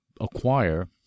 acquire